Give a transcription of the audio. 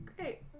Great